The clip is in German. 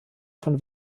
von